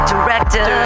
Director